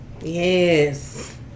Yes